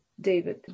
David